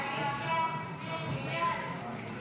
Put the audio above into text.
הסתייגות 50 לחלופין ב לא נתקבלה.